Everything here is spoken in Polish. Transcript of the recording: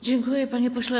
Dziękuję, panie pośle.